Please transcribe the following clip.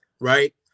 right